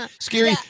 Scary